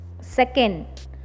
Second